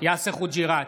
יאסר חוג'יראת,